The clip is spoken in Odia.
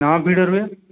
ହଁ ଭିଡ଼ ରୁହେ